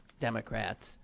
Democrats